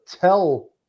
tell